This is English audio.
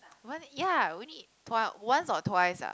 one ya we only eat twi~ one or twice ah